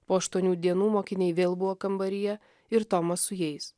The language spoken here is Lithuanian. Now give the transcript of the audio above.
po aštuonių dienų mokiniai vėl buvo kambaryje ir tomas su jais